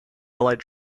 allied